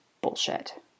bullshit